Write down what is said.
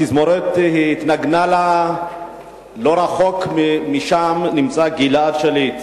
התזמורת התנגנה לה, ולא רחוק משם נמצא גלעד שליט.